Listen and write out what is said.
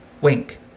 Wink